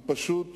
היא פשוט